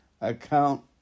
account